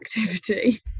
activity